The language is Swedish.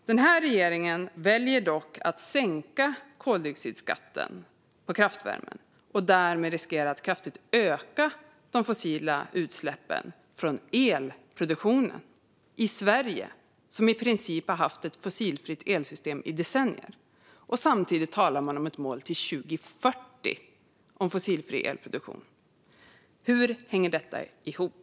Den här regeringen väljer dock att sänka koldioxidskatten på kraftvärme och riskerar därmed att kraftigt öka de fossila utsläppen från elproduktionen i Sverige, som i princip har haft ett fossilfritt elsystem i decennier. Samtidigt talar man om ett mål om fossilfri elproduktion till 2040. Hur hänger detta ihop?